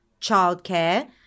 childcare